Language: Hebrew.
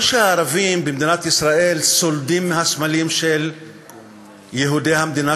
לא שהערבים במדינת ישראל סולדים מהסמלים של יהודי המדינה,